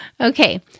Okay